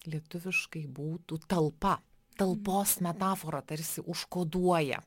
lietuviškai būtų talpa talpos metaforą tarsi užkoduoja